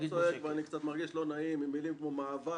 אני לא צועק ואני מרגיש קצת לא נעים עם מילים כמו מאבק